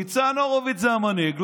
ניצן הורוביץ זה המנהיג,